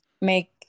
make